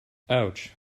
ouch